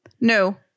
No